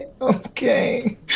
Okay